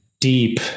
deep